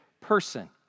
person